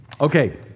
Okay